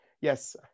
yes